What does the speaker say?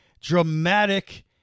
Dramatic